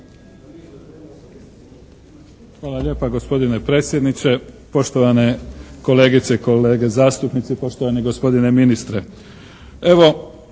Hvala lijepa gospodine predsjedniče, poštovane kolegice i kolege zastupnici, poštovani gospodine ministre. Evo